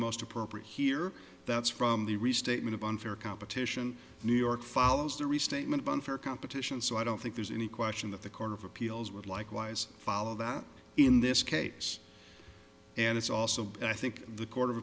most appropriate here that's from the restatement of unfair competition new york follows the restatement of unfair competition so i don't think there's any question that the court of appeals would likewise follow that in this case and it's also but i think the court of